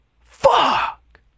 Fuck